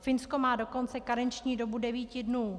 Finsko má dokonce karenční dobu devíti dnů.